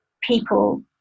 people